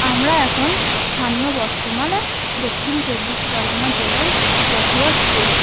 আমরা এখন স্থানীয় বর্তমানে দক্ষিণ চব্বিশ পরগনা জেলায় বসবাস করি